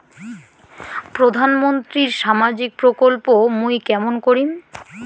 প্রধান মন্ত্রীর সামাজিক প্রকল্প মুই কেমন করিম?